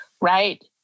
right